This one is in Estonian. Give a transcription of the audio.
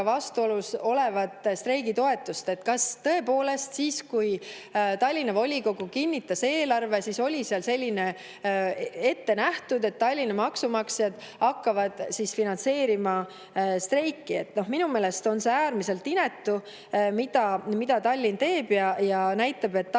vastuolus olevat streigitoetust. Kas tõepoolest siis, kui Tallinna volikogu kinnitas eelarve, oli seal ette nähtud, et Tallinna maksumaksjad hakkavad finantseerima streiki? Minu meelest on see äärmiselt inetu, mida Tallinn teeb, [püüdes näidata], et Tallinn